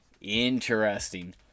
Interesting